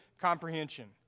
comprehension